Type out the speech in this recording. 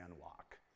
walk